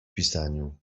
pisaniu